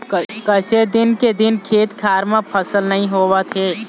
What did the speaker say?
कइसे दिन के दिन खेत खार म फसल नइ होवत हे